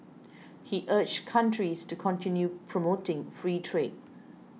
he urged countries to continue promoting free trade